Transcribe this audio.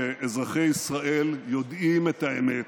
שאזרחי ישראל יודעים את האמת: